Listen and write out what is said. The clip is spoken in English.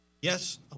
Yes